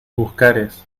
buscares